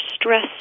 stress